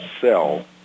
sell